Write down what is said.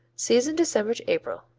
season december to april.